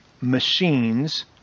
machines